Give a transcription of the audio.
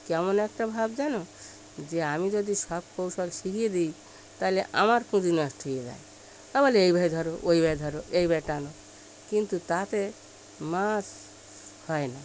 কেমন একটা ভাব যেন যে আমি যদি সব কৌশল শিখিয়ে দিই তা হলে আমার পুঁজি নষ্ট করে দেয় তা বলে এই ভাবে ধর ওই ভাবে ধর এই ভাবে টানো কিন্তু তাতে মাছ হয় না